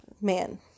man